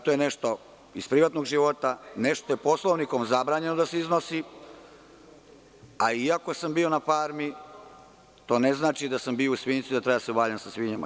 To je nešto iz privatnog života, nešto što je Poslovnikom zabranjeno da se iznosi, a iako sam bio na „Farmi“, to ne znači da sam bio u svinjcu i da treba da se valjam sa svinjama.